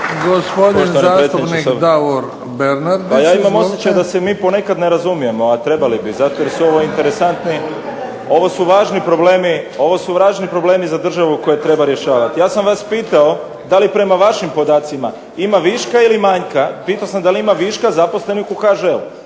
**Bernardić, Davor (SDP)** Pa ja imam osjećaj da se mi ponekad ne razumijemo, a trebali bi, zato jer su ovo interesantni, ovo su važni problemi za državu koje treba rješavati. Ja sam vas pitao da li prema vašim podacima ima viška ili manjka, pitao sam da li ima viška zaposlenih u HŽ-u?